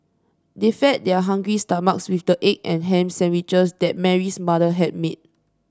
they fed their hungry stomachs with the egg and ham sandwiches that Mary's mother had made